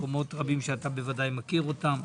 במקומות רבים שאתה ודאי מכיר אותם.